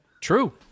True